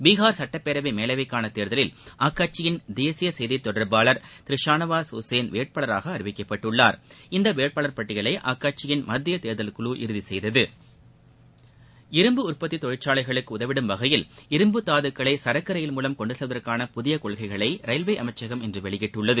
பீகார் சுட்டப்பேரவை மேலவைக்கான தேர்தலில் அக்கட்சியின் தேசிய செய்தித்தொடர்பாளர் திரு ஷானவாஸ் உசேன் வேட்பாளராக அறிவிக்கப்பட்டுள்ளார் இந்த வேட்பாளர் பட்டியலை அக்கட்சியின் மத்திய தேர்தல் குழி இறுதி செய்தது இரும்பு உற்பத்தி தொழிற்சாலைகளுக்கு உதவிடும் வகையில் இரும்பு தாதுக்களை சரக்கு ரயில் மூலம் கொண்டு செல்வதற்கான புதிய கொள்கைகளை ரயில்வே அமைச்சகம் இன்று வெளியிட்டுள்ளது